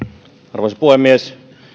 arvoisa puhemies